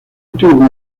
último